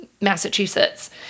Massachusetts